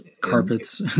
carpets